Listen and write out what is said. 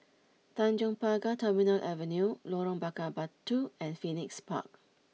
Tanjong Pagar Terminal Avenue Lorong Bakar Batu and Phoenix Park